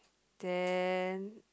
then